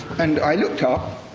and i looked up,